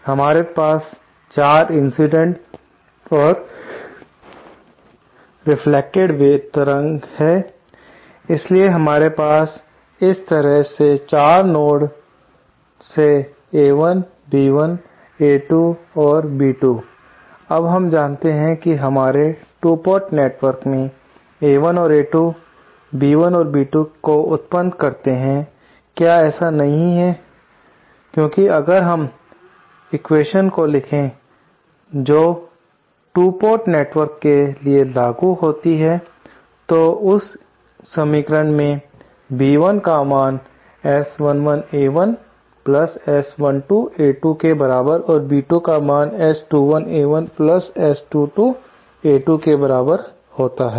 हमारे पास 4 इंसिडेंट और रेफ्लेक्टेड तरंगे हैं इसलिए हमारे पास इस तरह से 4 नोट से A1 B1 A2 और B2 अब हम जानते हैं कि हमारे 2 पोर्ट नेटवर्क में A1 और A2 b1 और B2 को उत्पन्न करते हैं क्या ऐसा नहीं है क्योंकि अगर हम अगर एक्वेशन्स को लिखें जो 2 पोर्ट नेटवर्क के लिए लागू होती है तो उस समीकरण मैं B1 का मान S11 A1 S12 A2 के बराबर और B2 का मान S21 A1 S22 A2 के बराबर होता है